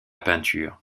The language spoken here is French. peinture